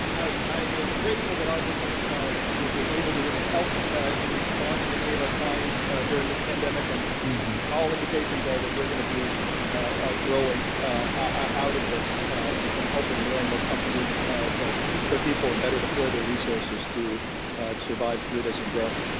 i'm grateful that our business is able to really help in responding to many of our clients clients during this pandemic. and and all indications are that we're going to be ah growing ah out of this and and helping more and more companies keep their people and better deploy their resources to survive through this and grow.